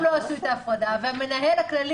אם הם לא עשו את ההפרדה והמנהל הכללי